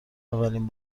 اولین